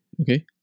okay